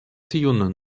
tiun